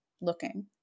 looking